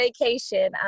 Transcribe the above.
vacation